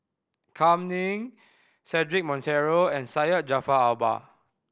Kam Ning Cedric Monteiro and Syed Jaafar Albar